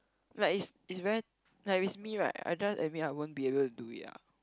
like is is very like if is me right I just admit I won't be able to do it ah